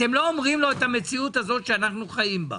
אתם לא אומרים לו את המציאות שאנחנו חיים בה.